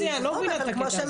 אני לא מבינה את הקטע הזה.